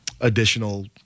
additional